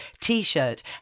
t-shirt